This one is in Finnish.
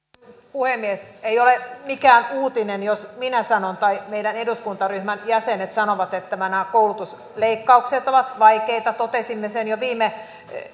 puhemies ei ole mikään uutinen jos minä sanon tai meidän eduskuntaryhmämme jäsenet sanovat että nämä koulutusleikkaukset ovat vaikeita totesimme sen jo viime